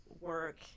work